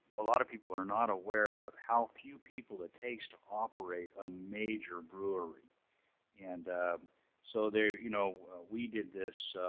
a lot of people are not aware of how few people it takes to operate a major brewery and so you know we did this.